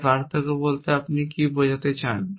তাই পার্থক্য বলতে আপনি কী বোঝাতে চান